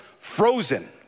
frozen